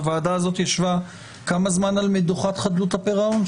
הוועדה הזאת ישבה כמה זמן על מדוכת חדלות הפירעון?